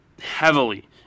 heavily